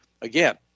again